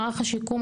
מערך השיקום,